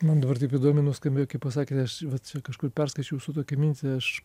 man dabar taip įdomiai nuskambėjo kaip pasakėt aš vat čia kažkur perskaičiau jūsų tokią mintį aš